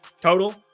total